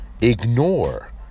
ignore